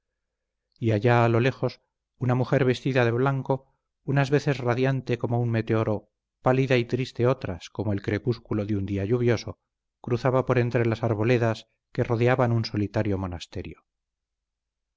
y allá a lo lejos una mujer vestida de blanco unas veces radiante como un meteoro pálida y triste otras como el crepúsculo de un día lluvioso cruzaba por entre las arboledas que rodeaban un solitario monasterio